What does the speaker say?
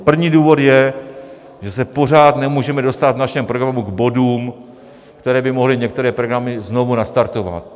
První důvod je, že se pořád nemůžeme dostat v našem programu k bodům, které by mohly některé programy znovu nastartovat.